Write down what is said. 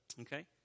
okay